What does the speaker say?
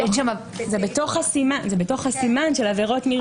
זה בתוך הסימן של עבירות מרמה.